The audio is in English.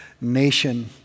nation